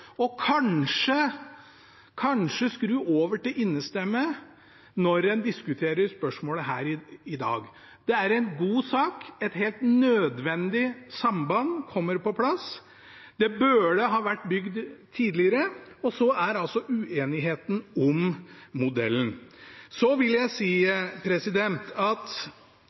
og kanskje skru over til innestemme når en diskuterer spørsmålet her i dag. Det er en god sak. Et helt nødvendig samband kommer på plass. Det burde ha vært bygd tidligere, og så er det altså uenigheten om modellen. Så vil jeg si at